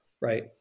right